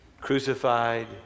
crucified